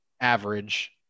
average